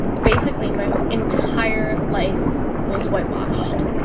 basically, my entire life was whitewashed.